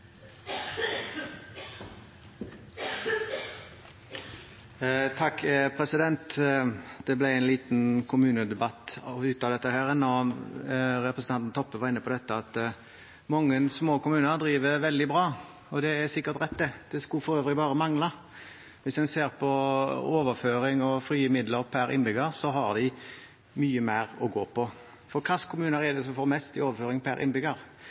Det ble en liten kommunedebatt av dette. Representanten Toppe var inne på dette med at mange små kommuner driver veldig bra. Det er sikkert rett – det skulle for øvrig bare mangle. Hvis en ser på overføringer og frie midler per innbygger, har de mye mer å gå på. Hvilke kommuner får mest i overføringer per innbygger?